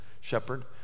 shepherd